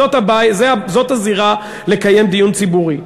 זו הזירה לקיים דיון ציבורי.